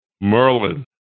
Merlin